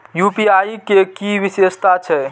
UPI के कि विषेशता छै?